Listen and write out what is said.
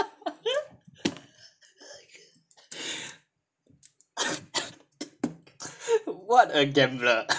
what a gambler